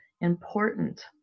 important